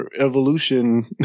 evolution